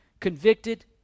convicted